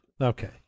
Okay